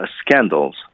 scandals